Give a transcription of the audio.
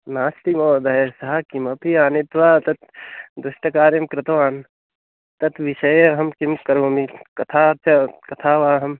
नास्ति महोदय सः किमपि आनीत्वा तत् दुष्टकार्यं कृतवान् तत् विषये अहं किं करोमि तथा च कथमहं